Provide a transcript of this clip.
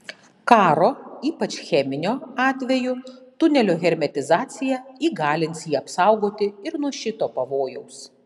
karo ypač cheminio atveju tunelio hermetizacija įgalins jį apsaugoti ir nuo šito pavojaus